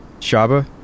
Shaba